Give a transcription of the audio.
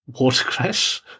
watercress